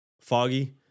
foggy